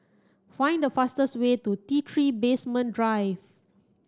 find the fastest way to T three Basement Drive